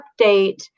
update